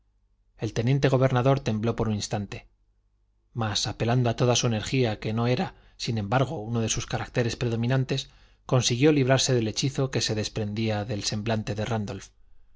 el teniente gobernador tembló por un instante mas apelando a toda su energía que no era sin embargo uno de sus caracteres predominantes consiguió librarse del hechizo que se desprendía del semblante de